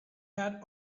had